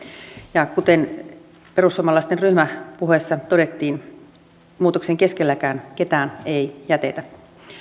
ja kuten perussuomalaisten ryhmäpuheessa todettiin muutoksen keskelläkään ketään ei jätetä